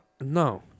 No